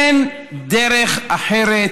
אין דרך אחרת